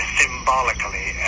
symbolically